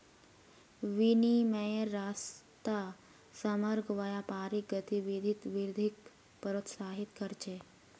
विनिमयेर रास्ता समग्र व्यापारिक गतिविधित वृद्धिक प्रोत्साहित कर छे